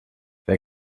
wer